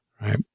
right